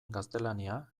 gaztelania